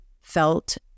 felt